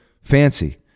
fancy